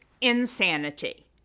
insanity